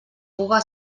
puga